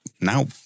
now